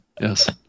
Yes